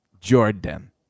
Jordan